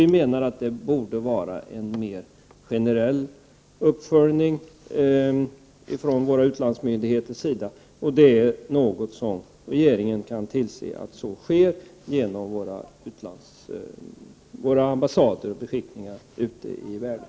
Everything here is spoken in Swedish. Vi menar att det borde vara en mera generell uppföljning från våra utlandsmyndigheters sida, och regeringen kan se till att så sker genom våra ambassader och beskickningar ute i världen.